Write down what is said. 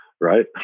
right